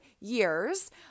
years